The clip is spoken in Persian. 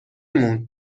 مون